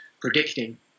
predicting